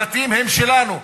הבתים הם שלנו,